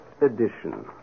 edition